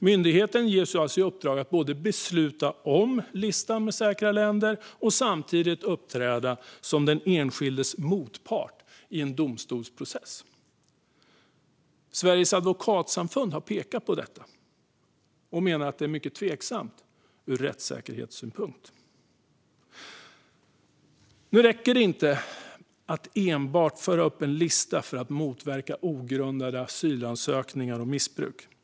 Myndigheten ges alltså i uppdrag att både besluta om listan över säkra länder och samtidigt uppträda som den enskildes motpart i en domstolsprocess. Sveriges advokatsamfund har pekat på detta och menar att det är mycket tveksamt ur rättssäkerhetssynpunkt. Det räcker dock inte att enbart införa en lista för att motverka ogrundade asylansökningar och missbruk.